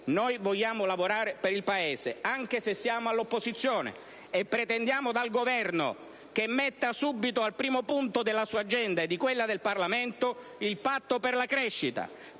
Noi vogliamo lavorare per il Paese, anche se siamo all'opposizione, e pretendiamo dal Governo che metta subito al primo punto della sua agenda, e di quella del Parlamento, il patto per la crescita.